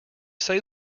say